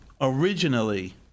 originally